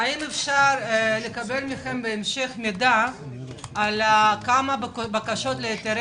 האם אפשר לקבל בהמשך מידע כמה בקשות להיתרי